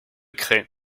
craie